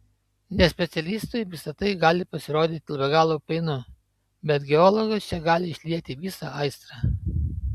nespecialistui visa tai gali pasirodyti be galo painu bet geologas čia gali išlieti visą aistrą